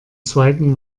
zweiten